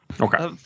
Okay